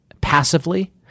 passively